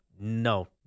no